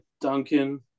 Duncan